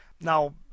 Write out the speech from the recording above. Now